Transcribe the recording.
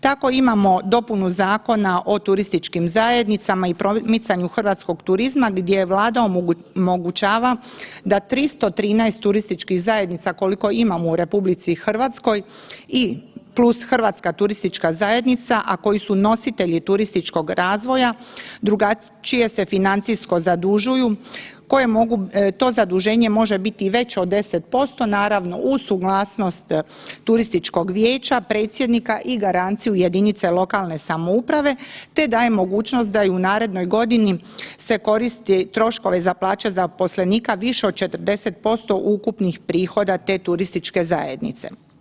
Tako imamo dopunu Zakona o turističkim zajednicama i promicanju hrvatskog turizma, gdje je Vlada omogućava da 313 turističkih zajednica, koliko imamo u RH i plus Hrvatska turistička zajednica, a koji su nositelji turističkog razvoja, drugačije se financijsko zadužuju koje mogu to zaduženje može biti i veće od 10%, naravno, uz suglasnost turističkog vijeća, predsjednika i garanciju jedinice lokalne samouprave te daje mogućnost da i u narednoj godini se koristi troškove za plaća zaposlenika više od 40% prihoda te turističke zajednice.